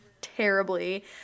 terribly